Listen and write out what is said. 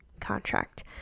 contract